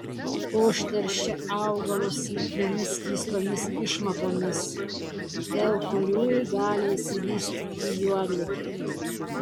užteršia augalus lipniomis skystomis išmatomis dėl kurių gali išsivystyti juodligė